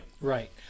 Right